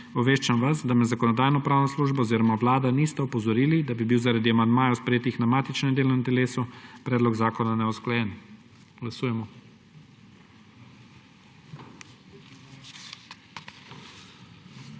Obveščam vas, da me Zakonodajno-pravna služba oziroma Vlada nista opozorili, da bi bil zaradi amandmajev, sprejetih na matičnem delovnem telesu, predlog zakona neusklajen. Glasujemo.